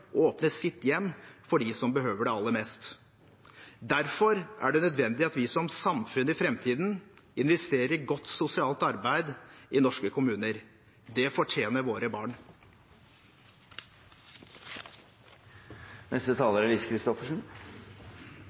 åpne sitt hjem for dem som behøver det aller mest. Derfor er det nødvendig at vi som samfunn i framtiden investerer i godt sosialt arbeid i norske kommuner. Det fortjener våre